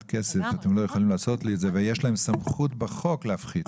כסף ולכן אי אפשר לעשות לו את זה ויש להם סמכות בחוק להפחית.